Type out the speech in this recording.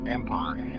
Empire